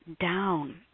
down